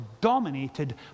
dominated